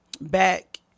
back